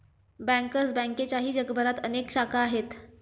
bankers बँकेच्याही जगभरात अनेक शाखा आहेत